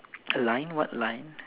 a line what line